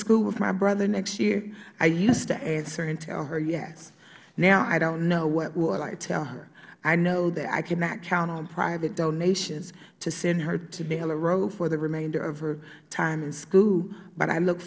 school with my brother next year i use to answer her and tell her yes now i don't know what will i tell her i know that i cannot count on private donations to send her to naylor road for the remainder of her time in school but i look